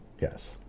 Yes